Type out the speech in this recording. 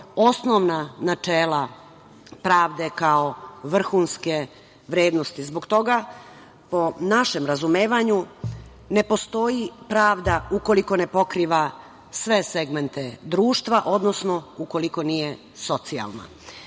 osnovna načela pravde kao vrhunske vrednosti. Zbog toga po našem razumevanju ne postoji pravda ukoliko ne pokriva sve segmente društva, odnosno ukoliko nije socijalna. Cilj